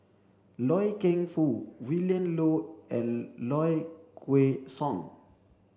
Loy Keng Foo Willin Low and Low Kway Song